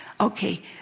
okay